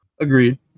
agreed